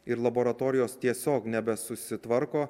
ir laboratorijos tiesiog nebesusitvarko